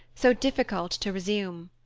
so difficult to resume.